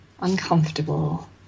uncomfortable